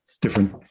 different